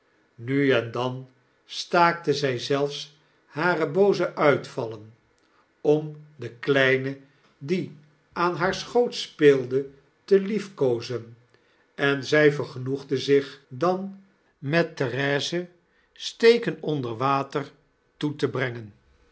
nu en dan staakte zij zelfs bare booze uifcvallen om de kleine die aan haar schoot speelde te liefkoozen en zy vergenoegde zich dan met therese steken onder water toe te brengen